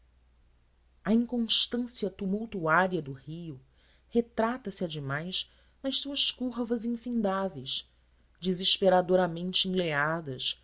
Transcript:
a inconstância tumultuária do rio retrata se ademais nas suas curvas infindáveis desesperadoramente enleadas